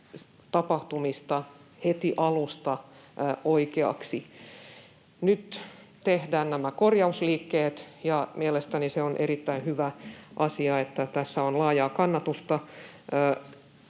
tapahtumista heti alussa oikeaksi. Nyt tehdään nämä korjausliikkeet, ja mielestäni se on erittäin hyvä asia, että tässä on laajaa kannatusta.